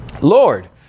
lord